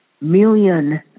million